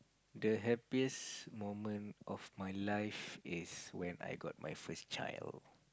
the happiest moment of my life is when I got my first child